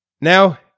Now